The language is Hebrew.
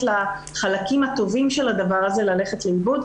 לחלקים הטובים של הדבר הזה ללכת לאיבוד.